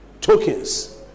tokens